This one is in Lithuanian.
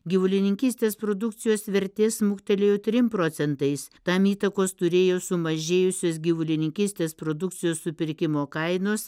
gyvulininkystės produkcijos vertė smuktelėjo trim procentais tam įtakos turėjo sumažėjusios gyvulininkystės produkcijos supirkimo kainos